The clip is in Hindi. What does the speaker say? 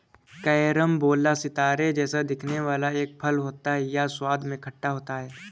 कैरम्बोला सितारे जैसा दिखने वाला एक फल होता है यह स्वाद में खट्टा होता है